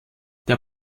der